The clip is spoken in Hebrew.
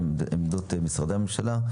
את עמדות משרדי הממשלה,